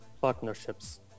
partnerships